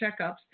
checkups